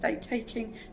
taking